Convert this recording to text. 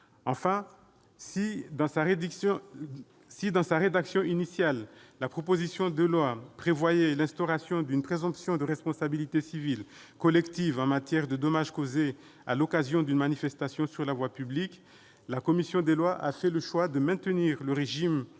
Enfin, si, dans sa rédaction initiale, la proposition de loi instaurait une présomption de responsabilité civile collective en matière de dommages causés à l'occasion d'une manifestation sur la voie publique, la commission des lois a fait le choix de maintenir le régime